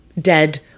dead